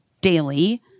daily